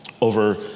over